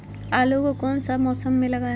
आलू को कौन सा मौसम में लगाए?